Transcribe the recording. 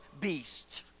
beast